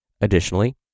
Additionally